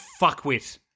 fuckwit